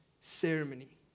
ceremony